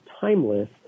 timeless